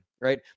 Right